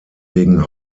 wegen